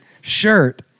shirt